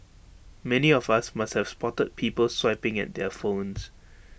many of us must have spotted people swiping at their phones